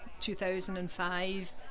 2005